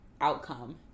outcome